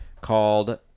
called